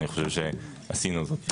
ואני חושב שעשינו זאת.